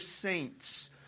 saints